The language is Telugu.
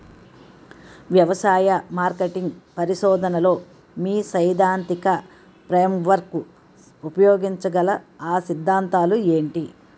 వ్యవసాయ మార్కెటింగ్ పరిశోధనలో మీ సైదాంతిక ఫ్రేమ్వర్క్ ఉపయోగించగల అ సిద్ధాంతాలు ఏంటి?